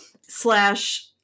slash